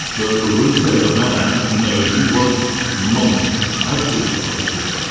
but rousseau the man, no, he was monstrous, absolutely monstrous.